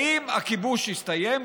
האם הכיבוש יסתיים?